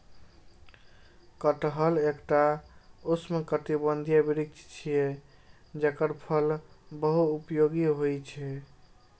कटहल एकटा उष्णकटिबंधीय वृक्ष छियै, जेकर फल बहुपयोगी होइ छै